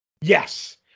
Yes